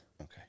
Okay